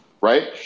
right